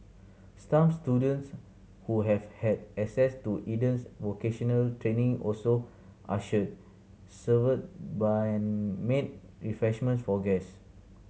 some students who have had access to Eden's vocational training also ushered served by made refreshments for guests